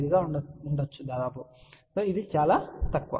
5Ω గా ఉండవచ్చు కానీ ఇది చాలా తక్కువ